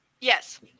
Yes